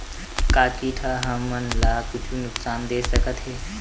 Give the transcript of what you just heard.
का कीट ह हमन ला कुछु नुकसान दे सकत हे?